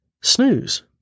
snooze